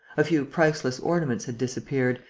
a few priceless ornaments had disappeared,